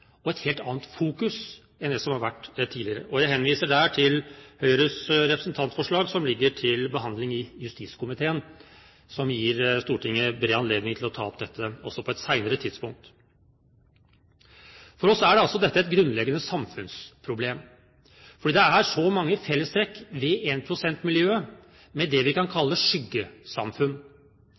og et helt annet fokus enn det som har vært tidligere. Jeg henviser der til Høyres representantforslag som ligger til behandling i justiskomiteen, og som gir Stortinget bred anledning til å ta opp dette også på et senere tidspunkt. For oss er altså dette et grunnleggende samfunnsproblem. Det er så mange fellestrekk ved énprosentmiljøet, med det vi kan kalle skyggesamfunn,